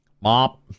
mop